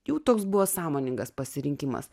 jų toks buvo sąmoningas pasirinkimas